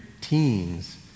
teens